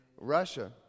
Russia